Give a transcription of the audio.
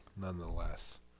nonetheless